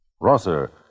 Rosser